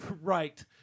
Right